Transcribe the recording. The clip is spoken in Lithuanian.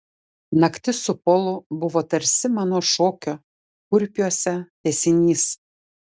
naktis su polu buvo tarsi mano šokio kurpiuose tęsinys